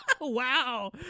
Wow